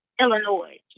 Illinois